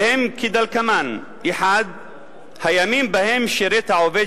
והם כדלקמן: 1. הימים שבהם שירת העובד